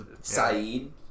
Saeed